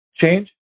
change